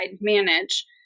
manage